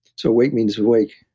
so awake means awake